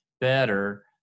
better